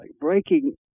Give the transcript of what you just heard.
breaking